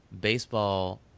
baseball